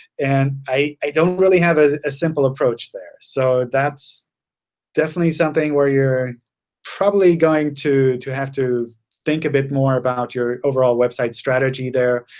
and i don't really have ah a simple approach there. so that's definitely something where you're probably going to to have to think a bit more about your overall website strategy there,